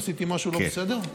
עשיתי משהו לא בסדר?